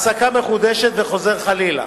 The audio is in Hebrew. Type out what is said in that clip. העסקה מחודשת וחוזר חלילה.